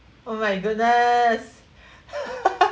oh my goodness